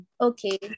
Okay